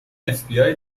fbi